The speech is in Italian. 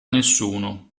nessuno